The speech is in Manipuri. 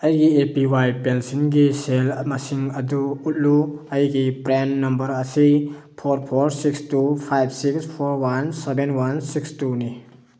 ꯑꯩꯒꯤ ꯑꯦ ꯄꯤ ꯋꯥꯏ ꯄꯦꯟꯁꯤꯟꯒꯤ ꯁꯦꯜ ꯃꯁꯤꯡ ꯑꯗꯨ ꯎꯠꯂꯨ ꯑꯩꯒꯤ ꯄ꯭ꯔꯥꯟ ꯅꯝꯕꯔ ꯑꯁꯤ four four six two five six four one seven one six two ꯅꯤ